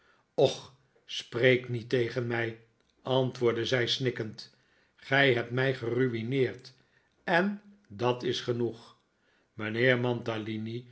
och spreek niet tegen mij antwoordde zij snikkend gij hebt mij geruineerd en dat is genoeg mijnheer